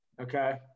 Okay